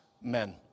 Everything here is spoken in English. men